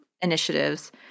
initiatives